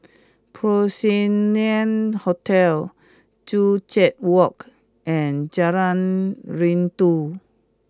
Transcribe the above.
Porcelain Hotel Joo Chiat Walk and Jalan Rindu